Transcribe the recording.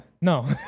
No